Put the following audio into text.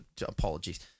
apologies